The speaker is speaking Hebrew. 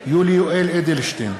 יולי יואל אדלשטיין,